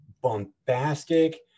bombastic